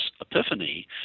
epiphany